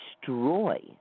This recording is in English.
destroy